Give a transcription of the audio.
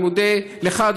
אני מודה לך,